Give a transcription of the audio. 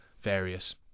various